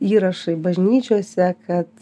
įrašai bažnyčiose kad